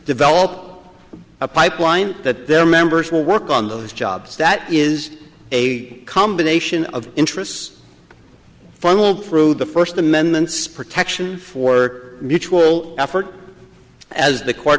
develop a pipeline that their members will work on those jobs that is a combination of interests funneled through the first amendment's protection for mutual effort as the court